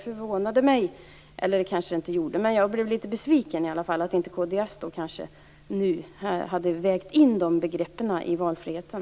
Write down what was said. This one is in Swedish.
Jag blev besviken över att kd inte hade vägt in de begreppen i valfriheten.